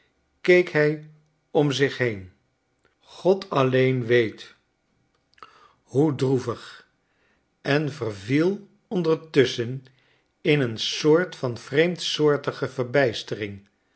keek hij om zich heen god alleen weet hoe droeschetsen uit amebika vig en verviel ondertusschen in een soort van vreemdsoortige verbijstering